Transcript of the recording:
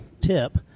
tip